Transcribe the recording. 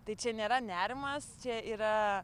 tai čia nėra nerimas čia yra